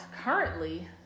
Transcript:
currently